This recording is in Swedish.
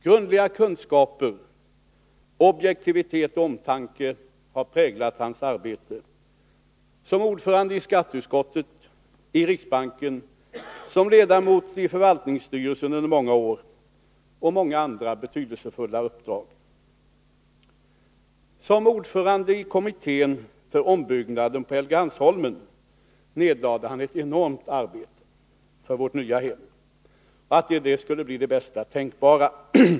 Grundliga kunskaper, objektivitet och omtanke har präglat hans arbete — som ordförande i skatteutskottet, i riksbanken, som ledamot i förvaltningsstyrelsen under många år och många andra betydelsefulla uppdrag. Som ordförande i kommittén för ombyggnaden på Helgeandsholmen nedlade han ett enormt arbete för att vårt nya hem där skulle bli det bästa tänkbara.